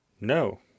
No